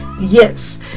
Yes